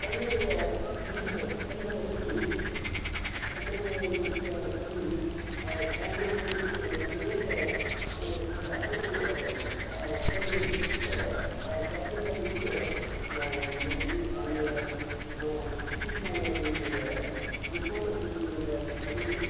ಕನ್ನಡದ ಪಂಡಿತರೆ ಕನ್ನಡದ ಕವಿ ಕನ್ನಡದಲ್ಲಿ ಕವಿ ಕನ್ನಡದ ಬಗ್ಗೆ ಅನೇಕ ವ್ಯಾಕರಣವನ್ನ ಬರ್ದಾರೆ ಆ ಕಲ್ಲು ಮೇಲೆ ಕೆತ್ತಿಸ್ಯಾರ ಆ ಶಾಸನ್ದಲ್ಲಿ ನಿಂತು ನಾವಲ್ಲಿ ನೋಡ್ತೀವಿ ಆಮ್ಯಾಗ ಕೂಷ್ಮಾಂಡ ದೇವಿ ಇದಾಳ ಕೂಷ್ಮಾಂಡ ದೇವಿ ಅಂದ್ರೆ ಆಕೆ ಬಡವಿ